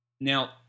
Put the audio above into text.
Now